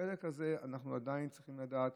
בחלק הזה אנחנו עדיין צריכים לדעת